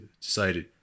decided